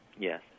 Yes